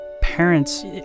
parents